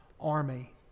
army